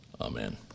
amen